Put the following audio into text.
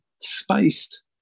spaced